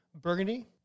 Burgundy